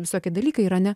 visokie dalykai yra ane